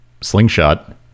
slingshot